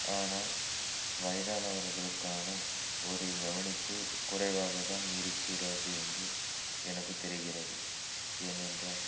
ஆனால் வயதானவர்களுக்கான ஒரு கவனிப்பு குறைவாகத்தான் இருக்கிறது என்று எனக்கு தெரிகிறது ஏனென்றால்